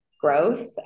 growth